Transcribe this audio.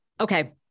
okay